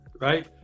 right